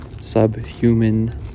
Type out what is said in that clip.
subhuman